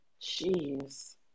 Jeez